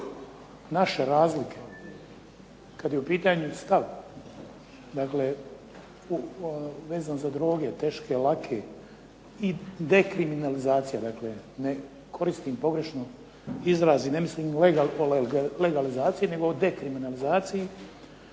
naše razlike kada je u pitanju stav vezan za droge, teške, lake i dekriminalizacija, ne koristim pogrešan izraz i ne mislim na legalizaciji nego o dekriminalizaciji